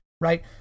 right